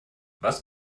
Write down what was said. was